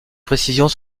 précisions